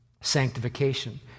sanctification